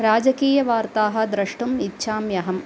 राजकीयवार्ताः द्रष्टुम् इच्छाम्यहम्